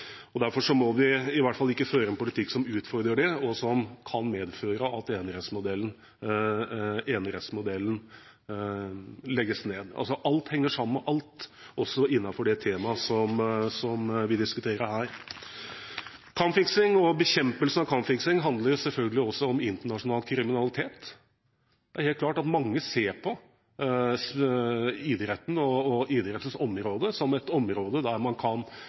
Derfor må vi i hvert fall ikke føre en politikk som utfordrer det, og som kan medføre at enerettsmodellen legges ned. Alt henger sammen med alt, også innenfor det temaet som vi diskuterer her. Kampfiksing og bekjempelse av kampfiksing handler selvfølgelig også om internasjonal kriminalitet. Mange ser på idretten som et område der man bl.a. kan hvitvaske penger. Jeg er glad for at lederen av justiskomiteen på